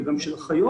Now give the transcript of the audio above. וגם של אחיות,